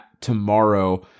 tomorrow